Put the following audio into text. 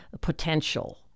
potential